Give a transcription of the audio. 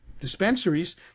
dispensaries